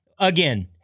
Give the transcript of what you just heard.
again